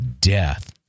death